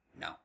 No